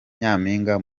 nyaminga